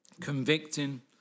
convicting